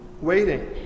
Waiting